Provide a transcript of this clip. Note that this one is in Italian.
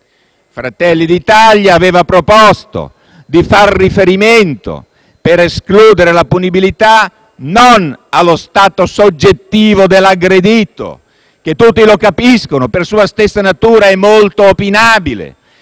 Fratelli d'Italia aveva proposto di far riferimento, per escludere la punibilità, non allo stato soggettivo dell'aggredito, che - tutti lo capiscono - per sua stessa natura è molto opinabile